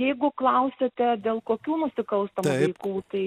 jeigu klausiate dėl kokių nusikalstamų veikų tai